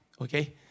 okay